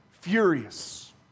furious